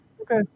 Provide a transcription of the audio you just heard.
Okay